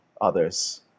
others